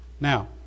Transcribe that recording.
Now